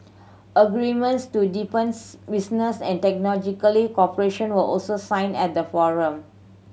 agreements to deepens business and technological cooperation were also signed at the forum